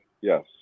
Yes